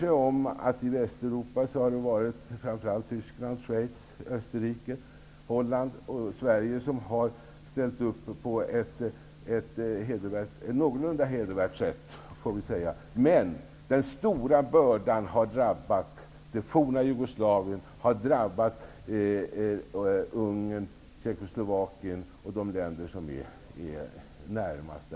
I Västeuropa är det framför allt Tyskland, Schweiz, Österrike, Holland och Sverige som har ställt upp på ett någorlunda hedervärt sätt. Men den stora bördan har drabbat det forna Jugoslavien, Ungern, Tjeckoslovakien och de länder som ligger närmast.